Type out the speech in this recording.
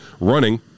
running